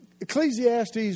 Ecclesiastes